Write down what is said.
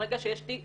ברגע שיש תיק